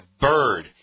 bird